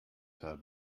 have